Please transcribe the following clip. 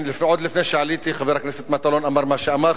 עוד לפני שעליתי חבר הכנסת מטלון אמר מה שאמר,